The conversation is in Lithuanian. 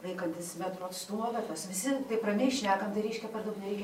laikantis metro atstumo bet pas visi taip ramiai šnekam tai reiškia per daug nereikia